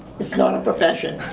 it's not a profession.